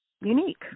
unique